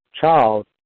child